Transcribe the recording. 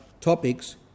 topics